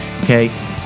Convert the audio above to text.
okay